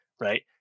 right